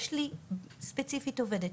יש לי ספציפית עובדת,